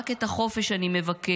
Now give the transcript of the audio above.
רק את החופש אני מבקש.